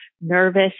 nervous